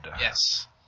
Yes